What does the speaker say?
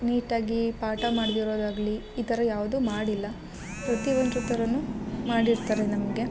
ನೀಟಾಗಿ ಪಾಠ ಮಾಡ್ದಿರೋದಾಗಲಿ ಈ ಥರ ಯಾವುದು ಮಾಡಿಲ್ಲ ಪ್ರತಿ ಒಂದರು ತರನು ಮಾಡಿರ್ತಾರೆ ನಮಗೆ